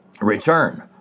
Return